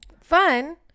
Fun